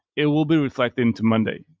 it will be reflected into monday.